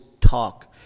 talk